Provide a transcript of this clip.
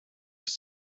was